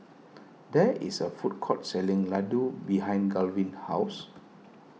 there is a food court selling Ladoo behind Garvin's house